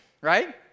right